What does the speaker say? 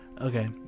Okay